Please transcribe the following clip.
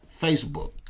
Facebook